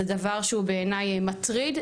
זה דבר שהוא בעיני מטריד,